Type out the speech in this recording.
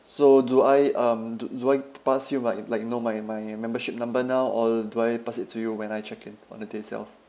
so do I um do do I pass you like like you know my my membership number now or do I pass it to you when I check in on the day itself